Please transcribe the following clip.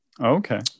Okay